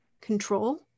control